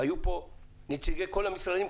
היו פה נציגי כל המשרדים,